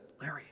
Larry